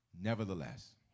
nevertheless